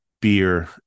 Beer